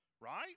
right